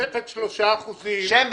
התוספת של 3% --- שם ותפקיד.